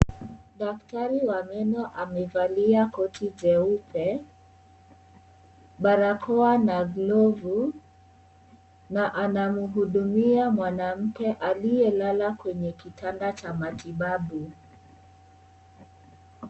Daktari wa meno amevalia koti jeupe, barakoa na glavu na anamhudumia mwanamke aliyelala kwenye kitanda cha matibabu.